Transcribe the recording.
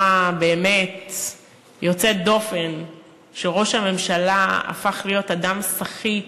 באמת יוצאת דופן שראש הממשלה הפך להיות אדם סחיט,